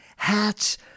Hats